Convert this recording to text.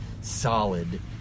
solid